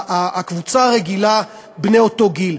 מהקבוצה הרגילה של בני אותו גיל.